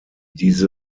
diese